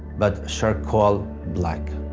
but charcoal black.